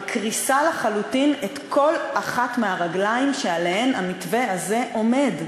מַקריסה לחלוטין את כל אחת מהרגליים שעליהן המתווה הזה עומד,